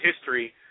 history